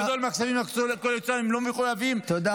חלק גדול מהכספים הקואליציוניים לא מחויבים -- תודה.